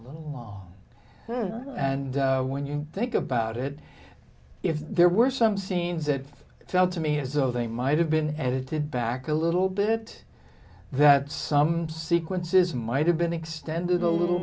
little off and when you think about it if there were some scenes it felt to me as though they might have been edited back a little bit that some sequences might have been extended a little